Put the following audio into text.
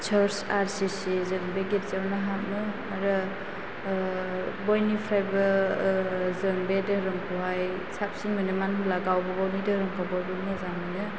charge आर सि सि जों बे गिर्जाआवनो हाबो आरो बयनिफ्रायबो जों बे दोहोरोमखौहाय साबसिन मोनो मानो होनब्ला गावबा गावनि दोहोरोमखौ बयबो मोजां मोनो